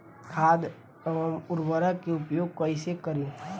खाद व उर्वरक के उपयोग कइसे करी?